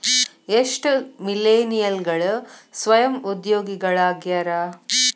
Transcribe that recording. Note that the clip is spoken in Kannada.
ಎಷ್ಟ ಮಿಲೇನಿಯಲ್ಗಳ ಸ್ವಯಂ ಉದ್ಯೋಗಿಗಳಾಗ್ಯಾರ